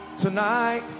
tonight